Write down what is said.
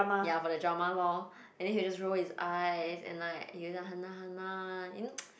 ya for the drama lor and then he'll just roll his eyes and like he'll just !Han nah! !Han nah! you know